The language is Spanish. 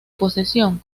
posesión